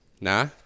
Nah